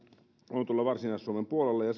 on tuolla varsinais suomen puolella